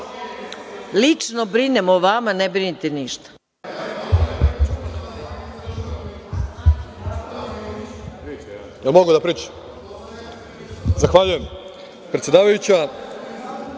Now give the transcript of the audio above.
Lično brinem o vama ne brinite ništa. Reč